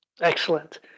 Excellent